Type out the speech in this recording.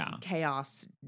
chaos